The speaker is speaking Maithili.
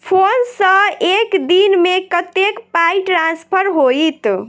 फोन सँ एक दिनमे कतेक पाई ट्रान्सफर होइत?